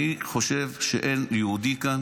אני חושב שאין כאן